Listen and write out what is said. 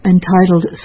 Entitled